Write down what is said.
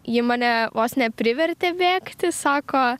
ji mane vos neprivertė bėgti sako